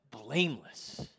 blameless